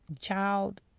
child